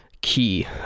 key